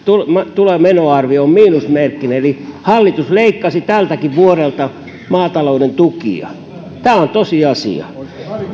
ja menoarvio on miinusmerkkinen eli hallitus leikkasi tältäkin vuodelta maatalouden tukia tämä on tosiasia